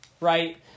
right